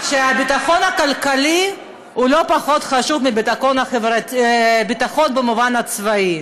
שהביטחון הכלכלי הוא לא פחות חשוב מביטחון במובן הצבאי,